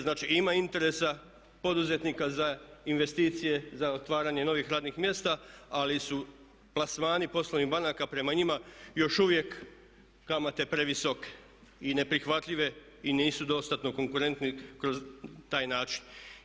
Znači ima interesa poduzetnika za investicije, za otvaranje novih radnih mjesta, ali su plasmani poslovnih banaka prema njima još uvijek kamate previsoke i neprihvatljive i nisu dostatno konkurentni kroz taj način.